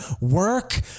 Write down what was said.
work